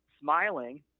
smiling